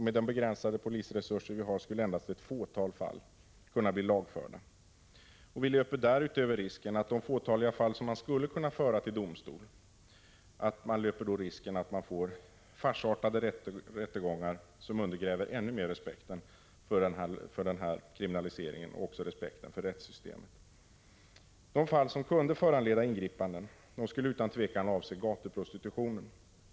Med de begränsade polisresurser vi har skulle endast ett fåtal fall kunna bli lagförda. Vi löper därutöver risken att de fåtaliga fall som skulle kunna föras till domstol leder till farsartade rättegångar, som ännu mera undergräver respekten för kriminaliseringen och för rättssystemet. De fall som kunde föranleda ingripanden skulle utan tvivel avse gatuprostitutionen.